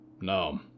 No